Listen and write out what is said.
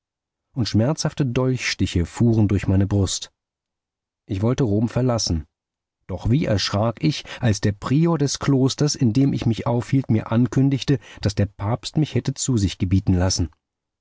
und schmerzhafte dolchstiche fuhren durch meine brust ich wollte rom verlassen doch wie erschrak ich als der prior des klosters in dem ich mich aufhielt mir ankündigte daß der papst mich hätte zu sich gebieten lassen